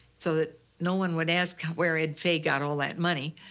so that no one would ask where ed fay got all that money.